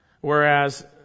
Whereas